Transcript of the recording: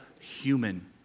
human